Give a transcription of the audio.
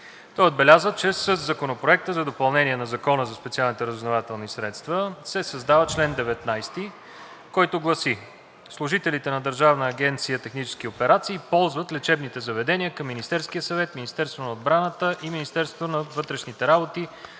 Той отбеляза, че със Законопроекта за допълнение на Закона за специалните разузнавателни средства (ЗСРС) се създава чл. 19и, който гласи: „Служителите на Държавна агенция „Технически операции“ ползват лечебните заведения към Министерския съвет, Министерството на отбраната и Министерството на вътрешните работи